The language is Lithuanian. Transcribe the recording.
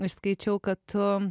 išskaičiau kad tu